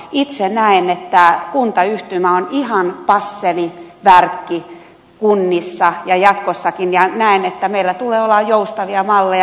itse näen että kuntayhtymä on ihan passeli värkki kunnissa ja jatkossakin ja näen että meillä tulee olla joustavia malleja